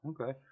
okay